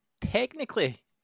technically